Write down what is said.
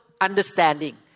understanding